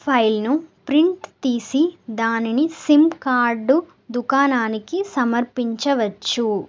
ఫైల్ను ప్రింట్ తీసి దానిని సిమ్ కార్డు దుకాణానికి సమర్పించవచ్చు